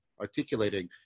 articulating